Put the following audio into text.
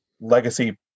legacy